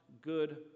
good